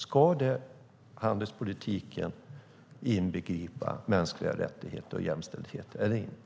Ska handelspolitiken inbegripa mänskliga rättigheter och jämställdhet eller inte?